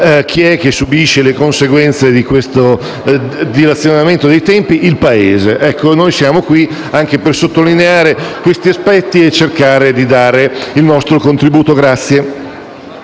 Ma chi subisce le conseguenze di questo dilazionamento dei tempi? Il Paese. Pertanto, noi siamo qui anche per sottolineare questi aspetti e cercare di dare il nostro contributo.